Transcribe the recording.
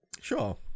Sure